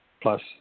plus